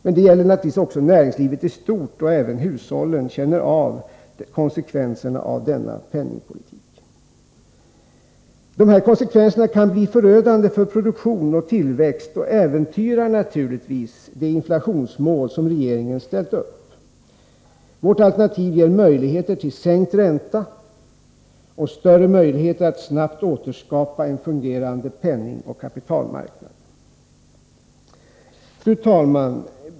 Men detta gäller naturligtvis också näringslivet i stort, och även hushållen känner av konsekvenserna av denna penningpolitik. Dessa konsekvenser kan bli förödande för produktion och tillväxt och äventyra det inflationsmål som regeringen har ställt upp. Vårt alternativ ger möjligheter till sänkt ränta och större möjligheter att snabbt återskapa en fungerande penningoch kapitalmarknad. Fru talman!